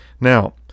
Now